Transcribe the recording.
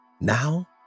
Now